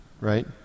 right